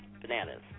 bananas